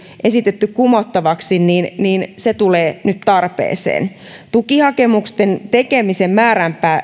esitetty kumottavaksi ja se tulee nyt tarpeeseen tukihakemusten tekemisen määräpäivä